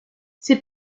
ses